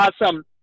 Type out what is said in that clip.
Awesome